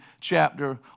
chapter